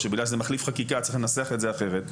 או שבגלל שזה מחליף חקיקה צריך לנסח את זה אחרת,